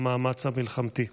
במאמץ המלחמתי.